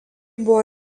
buvo